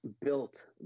built